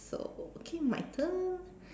so okay my turn